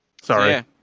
Sorry